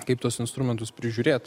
kaip tuos instrumentus prižiūrėt